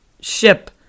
ship